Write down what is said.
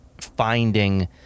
finding